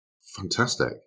Fantastic